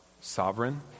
sovereign